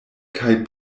kaj